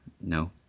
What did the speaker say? No